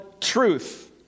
truth